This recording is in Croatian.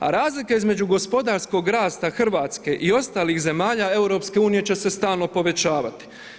A razlika između gospodarskog rasta Hrvatske i ostalih zemalja EU će se stalno povećavati.